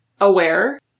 aware